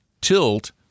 tilt